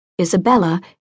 Isabella